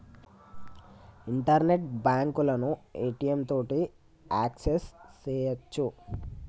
internet బాంకులను ATM తోటి access సెయ్యొచ్చు